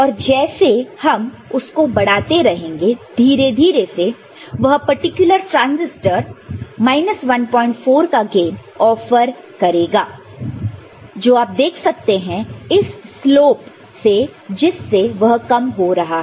और जैसे हम उसको बढ़ाते रहेंगे धीरे धीरे से यह पर्टिकुलर ट्रांसिस्टर 14 का गेन ऑफर करेगा जो आप देख सकते हैं इस स्लोप से जिससे वह कम हो रहा है